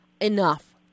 enough